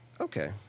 Okay